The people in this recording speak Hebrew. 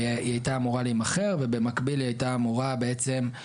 היא הייתה אמורה להימכר ובמקביל היא הייתה אמורה לקדם